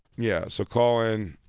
yeah, so call in.